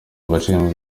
abashinzwe